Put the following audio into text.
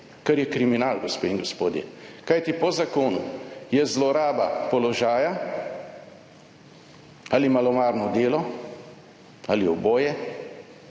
kar je kriminal, gospe in gospodje, kajti po zakonu je zloraba položaja ali malomarno delo ali oboje